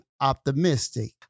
optimistic